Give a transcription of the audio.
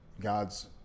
God's